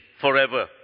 forever